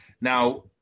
Now